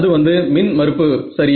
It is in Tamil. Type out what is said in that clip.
அது வந்து மின் மறுப்பு சரியா